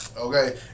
Okay